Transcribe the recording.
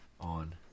on